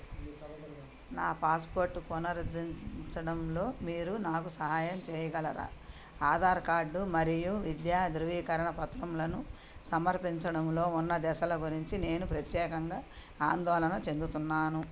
నా పాస్పోర్ట్ పునరుద్ధరించడంలో మీరు నాకు సహాయం చేయగలరా ఆధార్ కార్డు మరియు విద్యా ధృవీకరణ పత్రాలను సమర్పించడంలో ఉన్న దశల గురించి నేను ప్రత్యేకంగా ఆందోళన చెందుతున్నాను